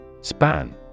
Span